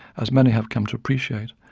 as many have come to appreciate,